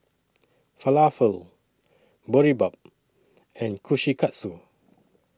Falafel Boribap and Kushikatsu